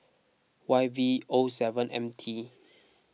Y V O seven M T